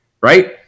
right